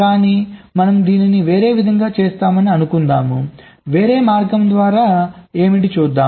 కానీ మనం దీన్ని వేరే విధంగా చేస్తామని అనుకుందాం వేరే మార్గం ఏమిటి చూద్దాం